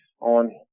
on